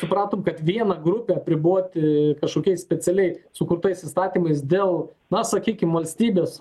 supratom kad vieną grupę apriboti kažkokiais specialiai sukurtais įstatymais dėl na sakykim valstybės